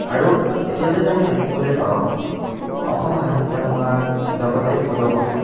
আৰু এতিয়াও যদি আমি দেখিবলৈ পাওঁ অসম সাহিত্য সভাৰ লগতে সদৌ অসম